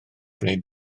gwneud